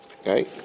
Okay